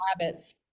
habits